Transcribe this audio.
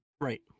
right